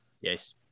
Yes